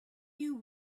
you